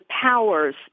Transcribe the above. powers